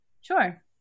Sure